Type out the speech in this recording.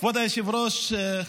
כבוד היושב-ראש,